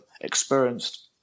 experienced